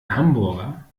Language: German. hamburger